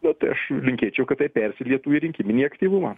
na tai aš linkėčiau kad persilietų į rinkiminį aktyvumą